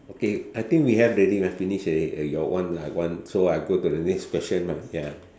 okay I think we have already lah finish already your one my one so I go to the next question lah ya